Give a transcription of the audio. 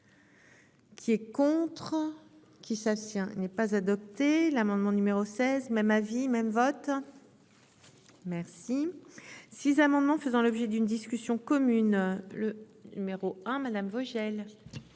Qui et contre. Qui. Tient n'est pas adopté l'amendement numéro 16 même vie même vote. Merci. Six amendement faisant l'objet d'une discussion commune le numéro 1 madame Vogel.